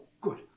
good